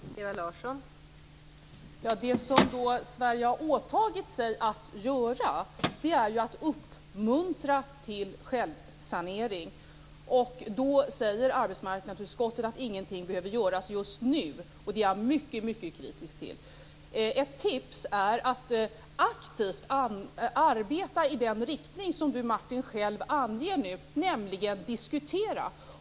Fru talman! Det som Sverige har åtagit sig att göra är ju att uppmuntra till självsanering. Då säger arbetsmarknadsutskottet att ingenting behöver göras just nu, och det är jag mycket kritisk till. Ett tips är att aktivt arbeta i den riktning som Martin själv nu anger, nämligen att diskutera.